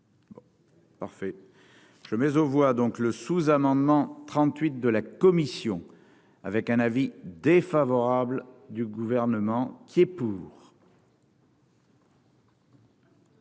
je mais on voit donc le sous-amendement 38 de la commission avec un avis défavorable du gouvernement qui est pour.